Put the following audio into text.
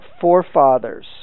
forefathers